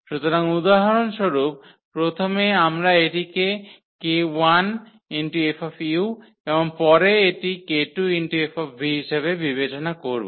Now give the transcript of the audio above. সুতরাং উদাহরণস্বরূপ প্রথমে আমরা এটিকে 𝑘1 𝐹 এবং এর পরে এটি 𝑘2 𝐹 হিসাবে বিবেচনা করব